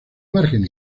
margen